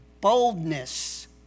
boldness